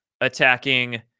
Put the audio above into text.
attacking